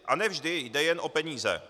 A ne vždy jde jen o peníze.